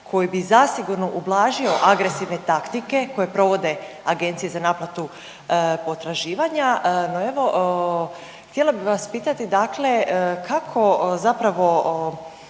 koji bi zasigurno ublažio agresivne taktike koje provode Agencije za naplatu potraživanja. No evo htjela bi vas pitati dakle kako zapravo